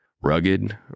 Rugged